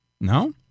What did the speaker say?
No